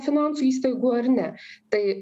finansų įstaigų ar ne tai